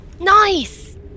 Nice